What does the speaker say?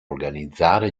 organizzare